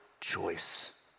choice